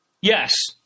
yes